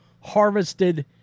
harvested